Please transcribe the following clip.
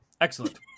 Excellent